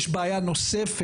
יש בעיה נוספת,